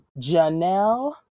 Janelle